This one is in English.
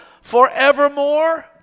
forevermore